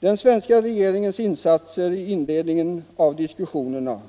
Den svenska regeringens insatser i inledningen av diskussionerna